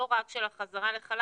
לא רק של החזרה מחל"ת.